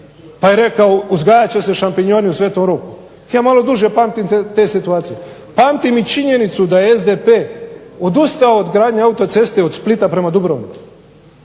Pa je rekao uzgajat će se šampinjoni u Svetom Roku. Ja malo duže pamtim te situacije. Pamtim i činjenicu da je SDP odustao od gradnje autoceste od Splita prema Dubrovniku.